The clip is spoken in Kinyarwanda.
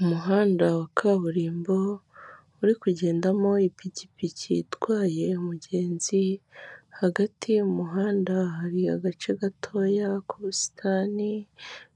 Umuhanda wa kaburimbo, uri kugendamo ipikipiki itwaye umugenzi, hagati mu muhanda hari agace gatoya k'ubusitani,